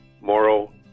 moral